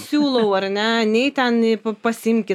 siūlau ar ne nei ten p pasiimkit